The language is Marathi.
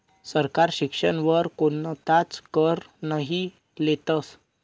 सरकार शिक्षण वर कोणताच कर नही लेतस